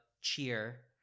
cheer